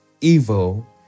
evil